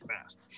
fast